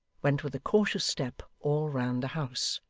went with a cautious step all round the house.